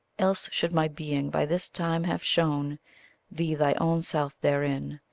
else should my being by this time have shown thee thy own self therein.